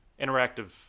interactive